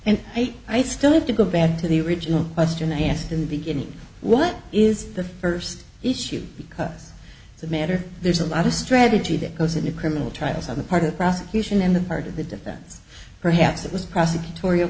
hate i still have to go back to the original question i asked in the beginning what is the first issue because it's a matter there's a lot of strategy that goes into criminal trials on the part of the prosecution in the part of the defense perhaps it was prosecutori